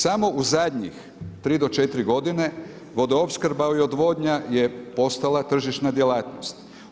Samo u zadnjih tri do četiri godine Vodoopskrba i odvodnja je postala tržišna djelatnost.